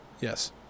Yes